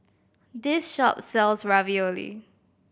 this shop sells Ravioli